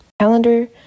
calendar